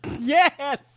Yes